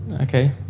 okay